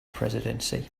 presidency